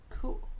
Cool